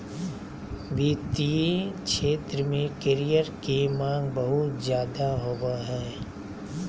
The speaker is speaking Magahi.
वित्तीय क्षेत्र में करियर के माँग बहुत ज्यादे होबय हय